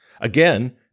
Again